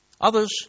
Others